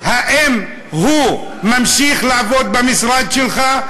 האם הוא ממשיך לעבוד במשרד שלך?